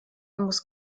muss